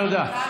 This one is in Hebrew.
תודה.